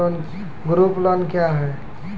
Group loan क्या है?